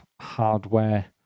hardware